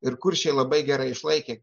ir kuršiai labai gerai išlaikė